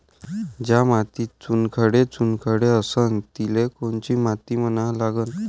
ज्या मातीत चुनखडे चुनखडे असन तिले कोनची माती म्हना लागन?